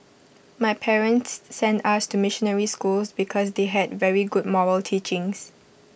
my parents sent us to missionary schools because they had very good moral teachings